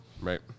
right